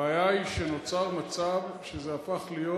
הבעיה היא שנוצר מצב שזה הפך להיות